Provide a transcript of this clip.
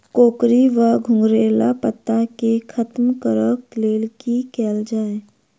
कोकरी वा घुंघरैल पत्ता केँ खत्म कऽर लेल की कैल जाय?